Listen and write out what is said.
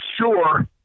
sure